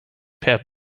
per